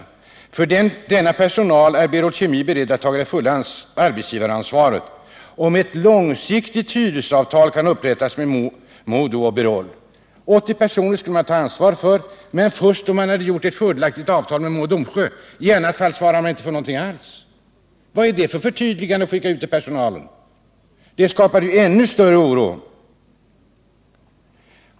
För denna personal är Berol Kemi beredd att taga det fulla arbetsgivareansvaret, om ett långsiktigt hyresavtal kan upprepas mellan MoDo och Berol.” 80 personer skulle man ta ansvar för, men detta skulle ske först då man gjort ett fördelaktigt avtal med Mo och Domsjö. I annat fall svarade man inte för någonting alls. Vad är detta för slags förtydligande att skicka ut till personalen? Det skapade ju ännu större oro!